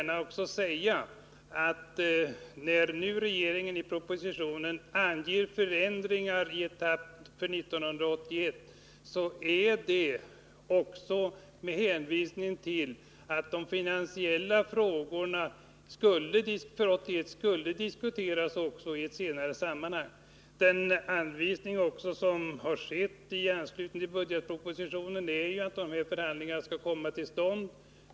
När regeringen i propositionen anger förändringar för 1981 så sker det också med hänvisning till att de finansiella frågorna för 1981 skulle diskuteras också i ett senare sammanhang. I anslutning till budgetpropositionen har det aviserats att dessa förhandlingar nu skall komma till stånd.